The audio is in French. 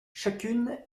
chacune